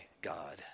God